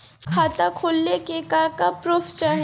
खाता खोलले का का प्रूफ चाही?